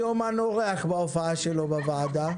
אני אומן אורח בהופעה שלו בוועדה,